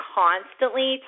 constantly